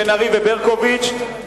בן-ארי וברקוביץ,